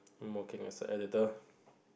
I'm working as a editor